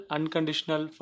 Unconditional